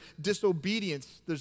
disobedience